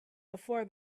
before